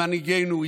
עם מנהיגינו,